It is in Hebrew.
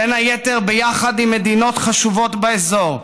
בין היתר ביחד עם מדינות חשובות באזור,